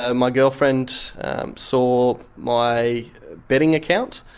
ah my girlfriend saw my betting account,